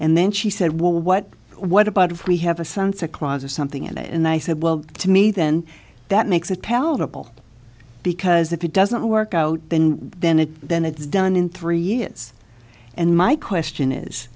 and then she said well what what about if we have a sunset clause or something and i said well to me then that makes it palatable because if it doesn't work out then it then it's done in three years and my question is